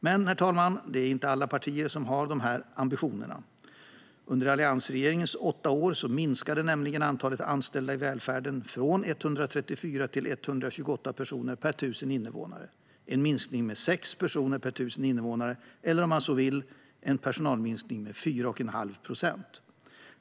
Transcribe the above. Men, herr talman, det är inte alla partier som har de här ambitionerna. Under alliansregeringens åtta år minskades nämligen antalet anställda i välfärden från 134 till 128 personer per 1 000 invånare, en minskning med 6 personer per 1 000 innevånare eller en personalminskning med 4 1⁄2 procent.